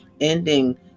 Ending